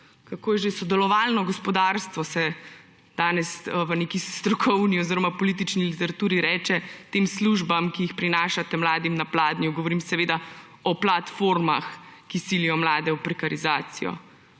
kako je že, sodelovalno gospodarstvo se danes v neki strokovni oziroma politični literaturi reče tem službam, ki jih prinašate mladim na pladnju, govorim seveda o platformah, ki silijo mlade v prekarizacijo.